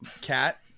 Cat